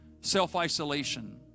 self-isolation